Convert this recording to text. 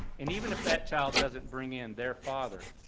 and even if that child doesn't bring in their father,